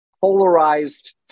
polarized